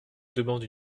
demande